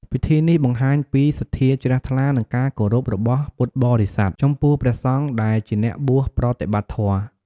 ពិធីនេះបង្ហាញពីសទ្ធាជ្រះថ្លា និងការគោរពរបស់ពុទ្ធបរិស័ទចំពោះព្រះសង្ឃដែលជាអ្នកបួសប្រតិបត្តិធម៌។